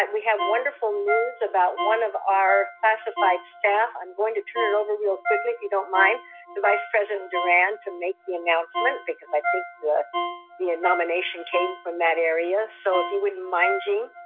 and we have wonderful news about one of our classified staff. i'm going to turn it over real quickly. if you don't mind the vice president durand, to make the announcement, because i think the the nomination came from that area. so if you wouldn't mind, gene.